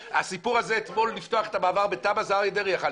הסיפור אתמול של פתיחת המעבר בטאבה אריה דרעי יכול לפתוח.